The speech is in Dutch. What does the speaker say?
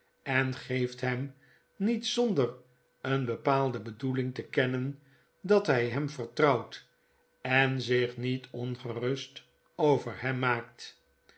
en geefthem niet zonder eene bepaalde bedoeling te kennen dat hy hem vertrouwt en zich niet ongerust over hem maakt